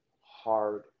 hard